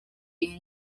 iyi